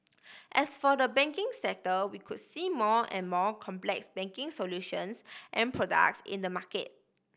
as for the banking sector we could see more and more complex banking solutions and products in the market